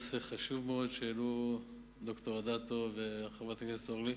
נושא חשוב מאוד העלו ד"ר אדטו וחברת הכנסת אורלי